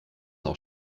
auch